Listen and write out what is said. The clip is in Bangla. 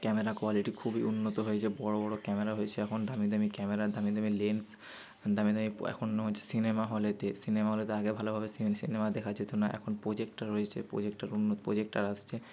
ক্যামেরা কোয়ালিটি খুবই উন্নত হয়েছে বড় বড় ক্যামেরা হয়েছে এখন দামি দামি ক্যামেরা দামি দামি লেন্স দামি দামি এখন হচ্ছে সিনেমা হলেতে সিনেমা হলেতে আগে ভালোভাবে সিনেমা দেখা যেতো না এখন প্রজেক্টার রয়েছে প্রজেক্টার উন্নত প্রজেক্টার আসছে